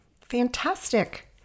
Fantastic